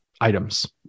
items